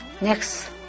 next